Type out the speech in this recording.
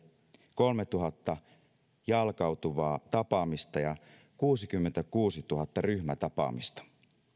kolmetuhatta jalkautuvaa tapaamista ja kuusikymmentäkuusituhatta ryhmätapaamista